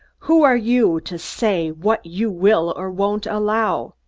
who are you to say what you will or won't allow?